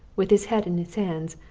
with his head in his hands,